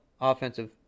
Offensive